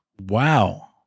Wow